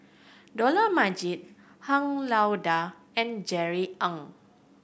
Dollah Majid Han Lao Da and Jerry Ng